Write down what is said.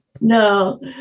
No